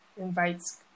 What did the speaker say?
invites